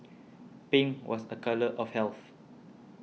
pink was a colour of health